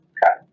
Okay